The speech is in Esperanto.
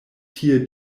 tie